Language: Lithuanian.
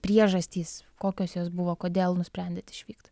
priežastys kokios jos buvo kodėl nusprendėt išvykt